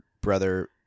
brother